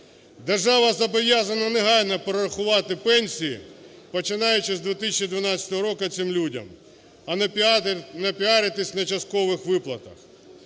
Держава зобов'язана негайно перерахувати пенсії, починаючи з 2012 року цим людям, а не піаритись на часткових виплатах.